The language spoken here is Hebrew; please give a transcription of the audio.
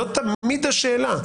זאת תמיד השאלה.